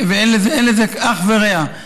ואין לזה אח ורע.